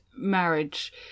marriage